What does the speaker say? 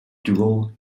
dual